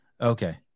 Okay